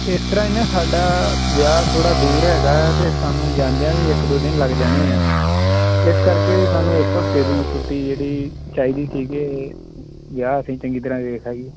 ਇਸ ਤਰ੍ਹਾਂ ਹੈ ਨਾ ਸਾਡਾ ਵਿਆਹ ਥੋੜ੍ਹਾ ਦੂਰ ਹੈਗਾ ਅਤੇ ਸਾਨੂੰ ਜਾਂਦਿਆਂ ਵੀ ਇੱਕ ਦੋ ਦਿਨ ਲੱਗ ਜਾਣੇ ਆ ਇਸ ਕਰਕੇ ਸਾਨੂੰ ਇੱਕ ਹਫਤੇ ਦੀ ਛੁੱਟੀ ਜਿਹੜੀ ਚਾਹੀਦੀ ਸੀਗੀ ਵਿਆਹ ਅਸੀਂ ਚੰਗੀ ਤਰ੍ਹਾਂ ਵੇਖ ਆਈਏ